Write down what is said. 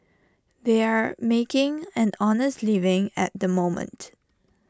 they are making an honest living at the moment